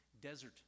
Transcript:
desert